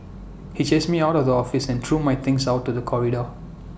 he chased me out of the office and threw my things out to the corridor